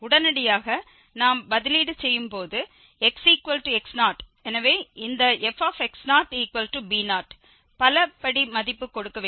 உடனடியாக நாம் பதிலீடு செய்யும் போது xx0 எனவே இந்த fx0b0 பலபடிமதிப்பு கொடுக்க வேண்டும்